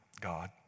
God